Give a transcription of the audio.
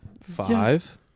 Five